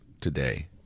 today